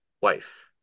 wife